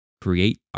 create